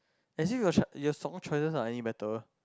actually your your song choices aren't anything better